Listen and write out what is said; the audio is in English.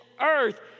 earth